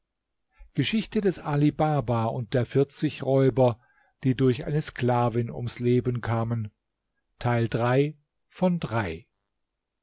geschichte des ali baba und der vierzig räuber die durch eine sklavin ums leben kamen